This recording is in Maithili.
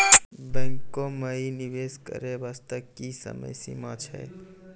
बैंको माई निवेश करे बास्ते की समय सीमा छै?